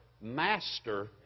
Master